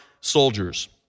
soldiers